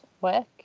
work